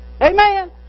amen